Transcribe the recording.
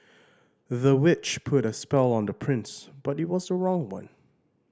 the witch put a spell on the prince but it was the wrong one